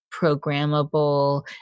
programmable